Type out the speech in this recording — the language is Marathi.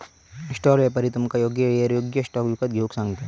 स्टॉल व्यापारी तुमका योग्य येळेर योग्य स्टॉक विकत घेऊक सांगता